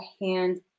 hand